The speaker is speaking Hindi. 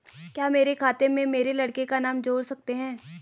क्या मेरे खाते में मेरे लड़के का नाम जोड़ सकते हैं?